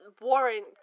warrant